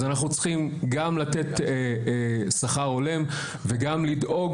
אנחנו צריכים גם לתת שכר הולם וגם לדאוג